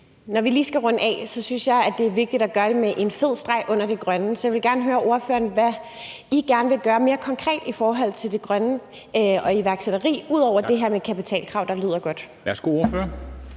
Når vi lige skal runde af, synes jeg, at det er vigtigt at gøre det med en fed streg under det grønne, så jeg vil gerne høre ordføreren, hvad I gerne vil gøre mere konkret i forhold til det grønne og iværksætteri, ud over det her med kapitalkrav, der lyder godt. Kl.